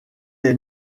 est